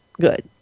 good